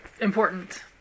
important